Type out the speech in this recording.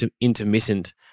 intermittent